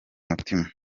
mutima